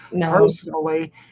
personally